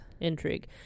Intrigue